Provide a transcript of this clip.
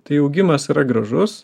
tai augimas yra gražus